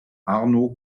arno